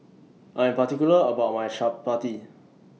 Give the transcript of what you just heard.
I Am particular about My Chapati